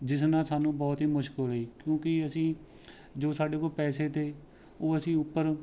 ਜਿਸ ਨਾਲ ਸਾਨੂੰ ਬਹੁਤ ਹੀ ਮੁਸ਼ਕਿਲ ਹੋਈ ਕਿਉਂਕਿ ਅਸੀਂ ਜੋ ਸਾਡੇ ਕੋਲ ਪੈਸੇ ਤੇ ਉਹ ਅਸੀਂ ਉੱਪਰ